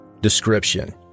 Description